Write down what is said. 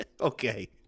Okay